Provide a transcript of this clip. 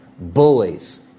Bullies